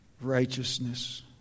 righteousness